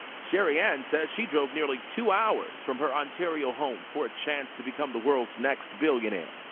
shari ann says she drove nearly two hours from her ontario home for a chance to become the world's next billionaire.